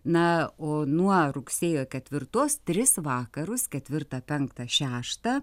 na o nuo rugsėjo ketvirtos tris vakarus ketvirtą penktą šeštą